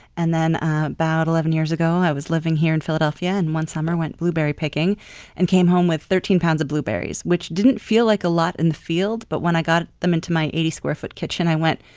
and then about eleven years ago i was living here in philadelphia. and one summer i went blueberry picking and came home with thirteen pounds of blueberries, which didn't feel like a lot in the field but when i got them into my eighty square foot kitchen i went,